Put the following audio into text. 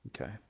Okay